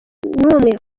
n’umwe